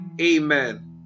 amen